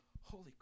Holy